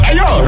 Ayo